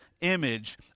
image